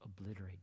obliterate